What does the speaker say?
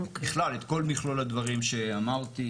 בכלל, את כל מכלול הדברים שאמרתי,